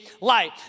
light